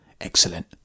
Excellent